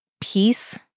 peace